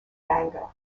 manga